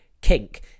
kink